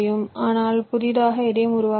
ஆனால் புதிதாக எதையும் உருவாக்கவில்லை